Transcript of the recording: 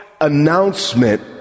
announcement